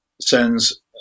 sends